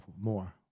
more